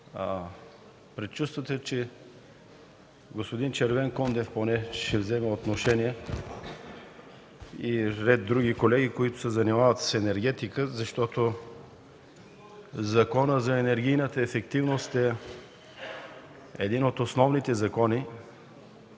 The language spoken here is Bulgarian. предчувствието, че господин Червенкондев ще вземе отношение, както и ред други колеги, които се занимават с енергетика, защото Законът за енергийната ефективност е един от основните закони.